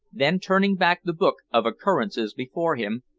then turning back the book of occurrences before him,